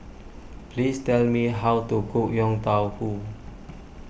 please tell me how to cook Yong Tau Foo